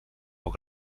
molt